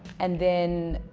and then